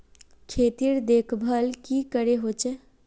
खेतीर देखभल की करे होचे?